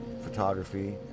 photography